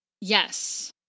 yes